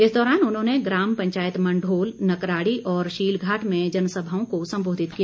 इस दौरान उन्होंने ग्राम पंचायत मंढोल नकराड़ी और शीलघाट में जनसभाओं को संबोधित किया